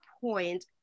point